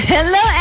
Hello